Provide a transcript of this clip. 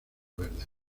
verdes